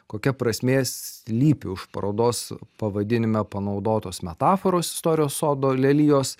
kokia prasmė slypi už parodos pavadinime panaudotos metaforos istorijos sodo lelijos